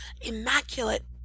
immaculate